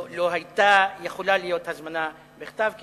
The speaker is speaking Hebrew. לא היתה יכולה להיות הזמנה בכתב, כי